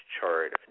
chart